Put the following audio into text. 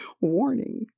Warning